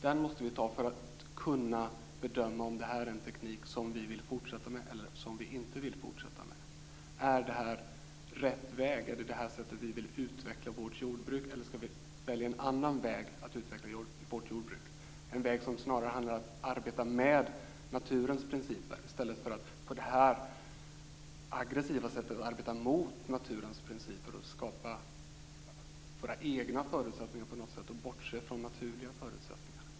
Den måste vi ta för att kunna bedöma om det här är en teknik som vi vill fortsätta med eller som vi inte vill fortsätta med. Är det här rätt väg, är det på det här sättet vi vill utveckla vårt jordbruk eller skall vi välja någon annan väg att utveckla vårt jordbruk, en väg som snarare handlar om att arbeta med naturens principer i stället för att på det här aggressiva sättet arbeta mot naturens principer och utgå från egna förutsättningar och bortse från naturliga förutsättningar?